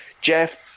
Jeff